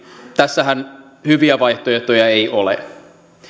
tässähän hyviä vaihtoehtoja ei ole